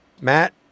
Matt